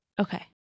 Okay